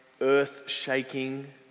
earth-shaking